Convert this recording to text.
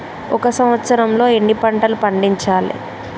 ఒక సంవత్సరంలో ఎన్ని పంటలు పండించాలే?